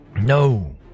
No